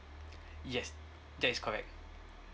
yes that is correct